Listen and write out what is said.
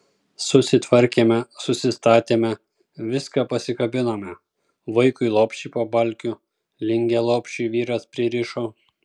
susitvarkėme susistatėme viską pasikabinome vaikui lopšį po balkiu lingę lopšiui vyras pririšo